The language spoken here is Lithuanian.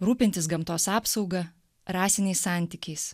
rūpintis gamtos apsauga rasiniais santykiais